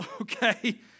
okay